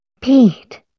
Pete